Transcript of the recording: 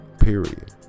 Period